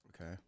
Okay